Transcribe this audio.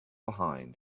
behind